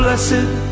Blessed